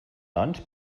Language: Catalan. doncs